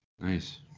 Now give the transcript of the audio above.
Nice